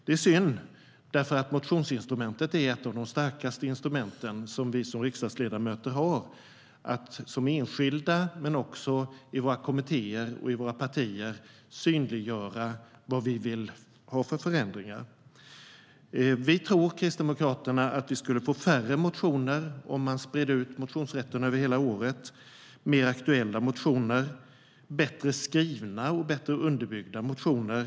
Det är synd, för motionsinstrumentet är ett av de starkaste instrument vi riksdagsledamöter har för att som enskilda men också i våra kommittéer och partier synliggöra vad vi vill ha för förändringar. Vi i Kristdemokraterna tror att om man spred ut motionsrätten över hela året skulle vi få färre motioner, mer aktuella motioner och bättre skrivna och bättre underbyggda motioner.